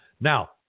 Now